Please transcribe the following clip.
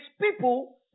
people